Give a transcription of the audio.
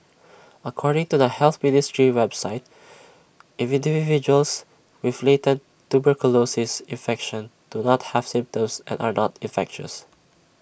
according to the health ministry's website individuals with latent tuberculosis infection do not have symptoms and are not infectious